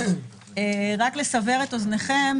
רק לסבר את אוזניכם,